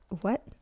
What